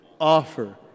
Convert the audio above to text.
Offer